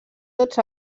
tots